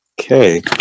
Okay